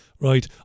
right